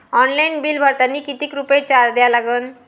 Online bill भरतानी कितीक रुपये चार्ज द्या लागन?